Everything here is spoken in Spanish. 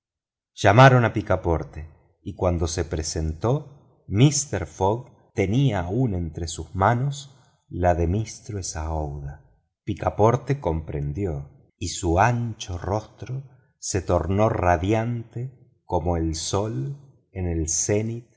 llamaron a picaporte y cuando se presentó mister fogg tenía aún entre sus manos la de mistress aouida picaporte comprendió y su ancho rostro se tomó radiante como el sol en el cenit